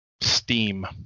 steam